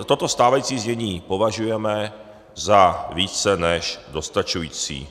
Toto stávající znění považujeme za více než dostačující.